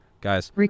Guys